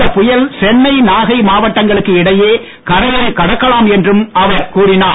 இந்த புயல் சென்னை நாகை மாவட்டங்களுக்கு இடையே கரையை கடக்கலாம் என்றும் அவர் கூறினார்